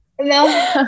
No